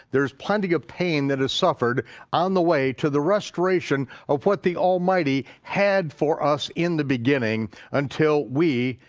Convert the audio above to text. there's plenty of pain that is suffered on the way to the restoration of what the almighty had for us in the beginning until we,